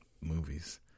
movies